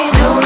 no